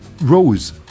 rose